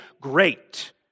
great